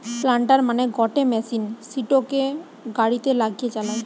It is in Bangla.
প্লান্টার মানে গটে মেশিন সিটোকে গাড়িতে লাগিয়ে চালায়